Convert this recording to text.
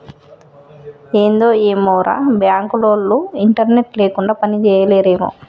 ఏందో ఏమోరా, బాంకులోల్లు ఇంటర్నెట్ లేకుండ పనిజేయలేరేమో